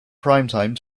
primetime